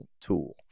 tool